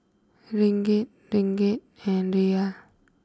Ringgit Ringgit and Riyal